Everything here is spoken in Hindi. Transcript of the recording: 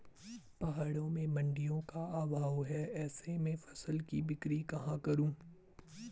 पहाड़ों में मडिंयों का अभाव है ऐसे में फसल की बिक्री कहाँ करूँ?